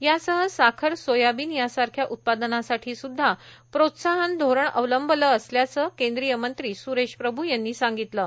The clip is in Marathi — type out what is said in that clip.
यासह साखर सोयाबीन यासारख्या उत्पादनासाठी सुद्धा प्रोत्साहन धोरण अवलंबले असल्याचं केंद्रीय मंत्री सुरेश प्रभू यांनी सांगितलं आहे